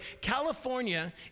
California